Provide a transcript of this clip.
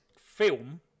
film